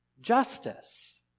justice